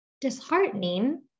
disheartening